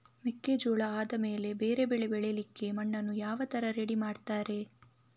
ಮೆಕ್ಕೆಜೋಳ ಆದಮೇಲೆ ಬೇರೆ ಬೆಳೆ ಬೆಳಿಲಿಕ್ಕೆ ಮಣ್ಣನ್ನು ಯಾವ ತರ ರೆಡಿ ಮಾಡ್ತಾರೆ?